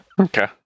Okay